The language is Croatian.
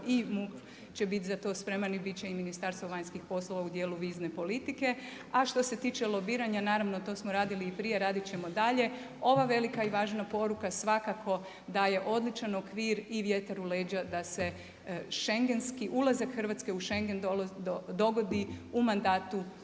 i MUP će bit za to spreman i bit će i Ministarstvo vanjskih poslova u dijelu vizne politike. A što se itiče lobiranja naravno to smo radili i prije, radit ćemo dalje. Ova velika i važna poruka svakako daje odličan okvir i vjetar u leđa da se schengenski, ulazak Hrvatske u Schengen dogodi u mandatu ove